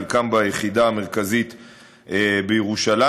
וחלקם ביחידה המרכזית בירושלים.